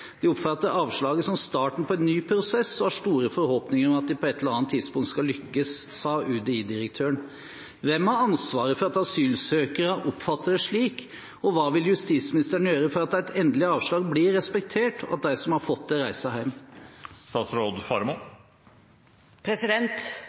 De oppfatter avslaget som starten på en ny prosess, og har store forhåpninger om at de på et eller annet tidspunkt skal lykkes.» Hvem har ansvaret for at asylsøkerne oppfatter det slik, og hva vil justisministeren gjøre for at et endelig avslag blir respektert av dem som har fått